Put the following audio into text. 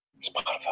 Spotify